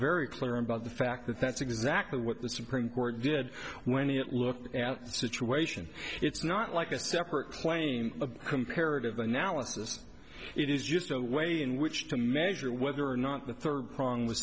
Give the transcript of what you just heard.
very clear about the fact that that's exactly what the supreme court did when it looked at the situation it's not like a separate claim of comparative analysis it is just a way in which to measure whether or not the third prong was